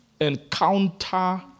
encounter